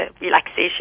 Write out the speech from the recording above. relaxation